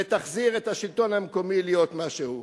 ותחזיר את השלטון המקומי להיות מה שהוא.